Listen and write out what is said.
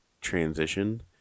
transition